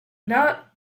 knot